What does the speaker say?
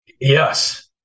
Yes